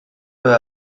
peu